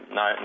no